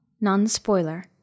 Non-spoiler